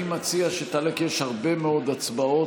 אני מציע שתעלה, כי יש הרבה מאוד הצבעות.